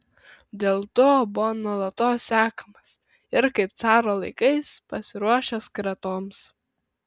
dėl to buvo nuolatos sekamas ir kaip caro laikais pasiruošęs kratoms